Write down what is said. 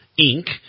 Inc